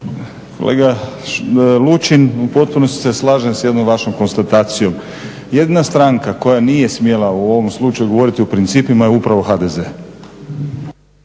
Kolega Lučin u potpunosti se slažem sa jednom vašom konstatacijom. Jedna stranka koja nije smjela u ovom slučaju govoriti o principima je upravo HDZ.